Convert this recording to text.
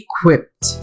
equipped